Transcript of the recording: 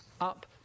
up